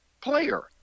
player